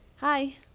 Hi